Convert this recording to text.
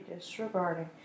disregarding